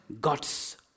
God's